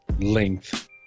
length